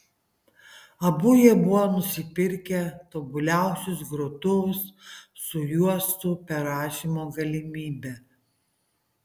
abu jie buvo nusipirkę tobuliausius grotuvus su juostų perrašymo galimybe